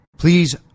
Please